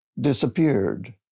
disappeared